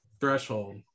threshold